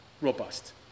robust